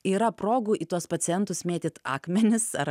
yra progų į tuos pacientus mėtyt akmenis ar